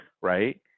right